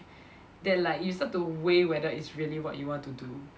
that like you start to weigh whether it's really what you want to do